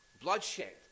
Bloodshed